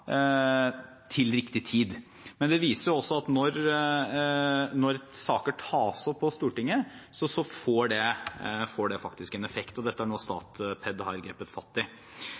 til riktig tid. Men det viser også at når saker tas opp på Stortinget, får det faktisk en effekt, og dette har nå Statped grepet fatt i.